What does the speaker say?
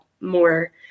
more